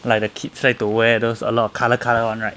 like the kids like to wear those a lot of colour colour [one] right